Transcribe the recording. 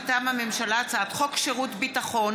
מטעם הממשלה: הצעת חוק שירות ביטחון